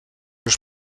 los